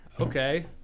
Okay